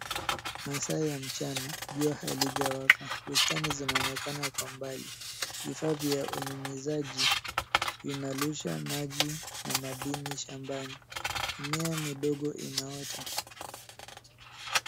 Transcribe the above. Masaa ya mchana jua halijawaka. Bustani zinaonekana kwa mbali . Vifaa vya unyunyizaji vinarusha maji na madini shambani. Mimea midogo inaota.